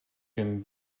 can